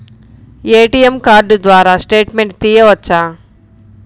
ATM card ద్వారా statement తీయవచ్చా?